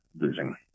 losing